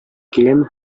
киләме